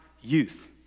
youth